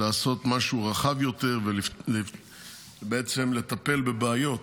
לעשות משהו רחב יותר ובעצם לטפל בבעיות